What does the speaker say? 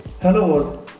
Hello